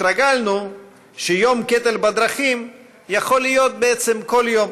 התרגלנו שיום קטל בדרכים יכול להיות בעצם כל יום,